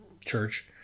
church